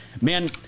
Man